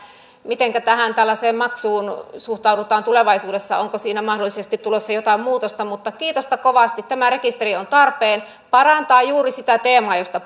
mitenkä tähän tällaiseen maksuun suhtaudutaan tulevaisuudessa onko siinä mahdollisesti tulossa jotain muutosta mutta kiitosta kovasti tämä rekisteri on tarpeen ja parantaa juuri sitä teemaa josta